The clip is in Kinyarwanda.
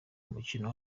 umukino